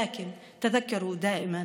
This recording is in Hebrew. אבל תזכרו תמיד,